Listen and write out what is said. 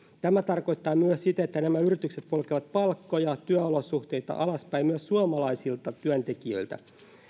tämä tarkoittaa myös sitä että nämä yritykset polkevat palkkoja ja työolosuhteita alaspäin myös suomalaisilta työntekijöiltä